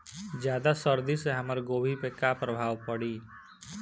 ज्यादा सर्दी से हमार गोभी पे का प्रभाव पड़ी?